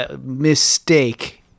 Mistake